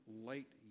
late